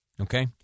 Okay